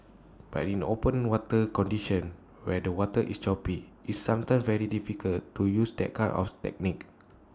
but in open water conditions where the water is choppy it's sometimes very difficult to use that kind of technique